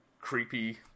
creepy